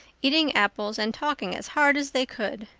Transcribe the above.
eating apples and talking as hard as they could.